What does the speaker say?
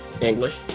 English